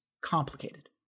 complicated